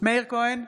מאיר כהן,